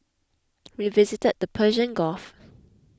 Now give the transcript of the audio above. we visited the Persian Gulf